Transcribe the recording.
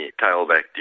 tailback